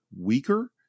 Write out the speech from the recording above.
weaker